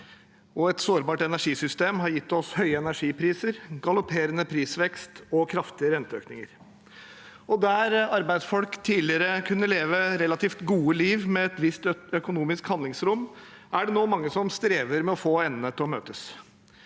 et sårbart energisystem har gitt oss høye energipriser, galopperende prisvekst og kraftige renteøkninger. Der arbeidsfolk tidligere kunne leve et relativt godt liv med et visst økonomisk handlingsrom, er det nå mange som strever med å få endene til å møtes.